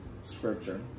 scripture